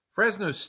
Fresno